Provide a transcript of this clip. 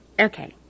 Okay